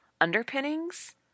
underpinnings